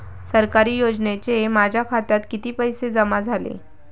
सरकारी योजनेचे माझ्या खात्यात किती पैसे जमा झाले?